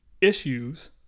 issues